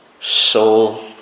soul